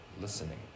listening